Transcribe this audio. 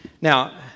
Now